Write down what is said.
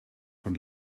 von